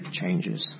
changes